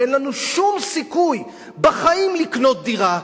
ואין לנו שום סיכוי בחיים לקנות דירה,